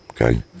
Okay